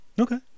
okay